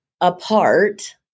apart